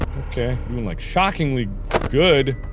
okay. you've been like shockingly good.